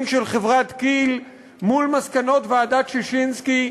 של חברת כי"ל מול מסקנות ועדת ששינסקי,